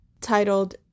titled